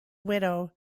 widow